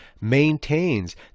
maintains